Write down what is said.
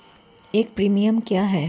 एक प्रीमियम क्या है?